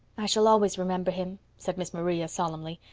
i shall always remember him, said miss maria solemnly.